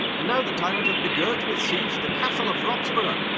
and now the tyrant hath begirt with siege the castle of rocksborough,